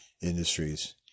Industries